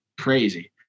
crazy